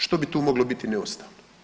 Što bi tu moglo biti neustavno?